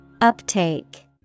Uptake